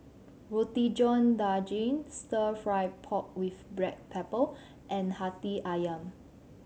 Roti John Daging Stir Fry pork with black pepper and Hati Ayam